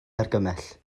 argymell